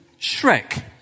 Shrek